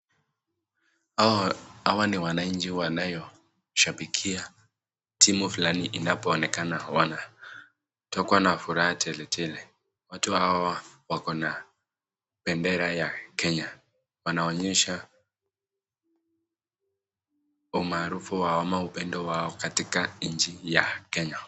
Hawa ni wananchi wanayo shabikia timu fulani, inapoonekana wana furaha teletele, watu hawa wako na bendera ya Kenya wanaonyesha umaarufu wao ama upendo wao katika nchi ya Kenya.